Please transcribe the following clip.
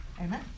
Amen